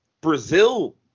Brazil